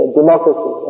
democracy